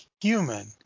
human